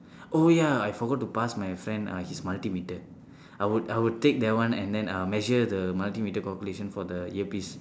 oh ya I forgot to pass my friend uh his multimeter I would I would take that one and then I'll measure the multimeter calculation for the earpiece